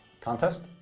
Contest